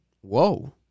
Whoa